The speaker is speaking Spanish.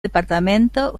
departamento